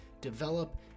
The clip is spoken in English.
develop